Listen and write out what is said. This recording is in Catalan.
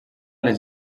les